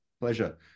Pleasure